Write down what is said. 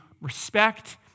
respect